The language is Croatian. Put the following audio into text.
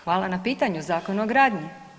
Hvala na pitanju, Zakon o gradnji.